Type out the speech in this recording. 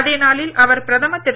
அதே நாளில் அவர் பிரதமர் திரு